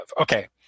Okay